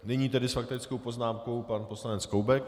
Nyní s faktickou poznámkou pan poslanec Koubek.